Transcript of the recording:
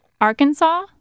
arkansas